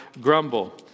grumble